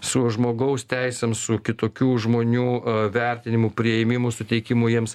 su žmogaus teisėm su kitokių žmonių vertinimu priėmimu suteikimu jiems